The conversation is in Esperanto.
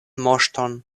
moŝton